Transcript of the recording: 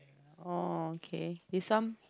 oh okay this one